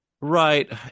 Right